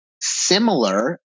similar